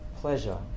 pleasure